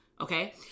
Okay